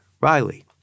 Riley